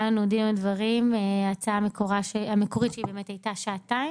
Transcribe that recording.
היה לנו דין ודברים, ההצעה המקורית הייתה שעתיים.